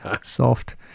soft